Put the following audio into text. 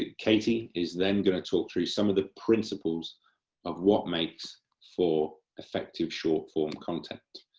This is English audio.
katie is then going to talk through some of the principles of what makes for effective short form content,